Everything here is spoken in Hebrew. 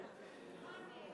אוקיי.